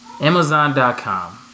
amazon.com